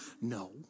No